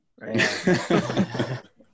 Right